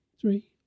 three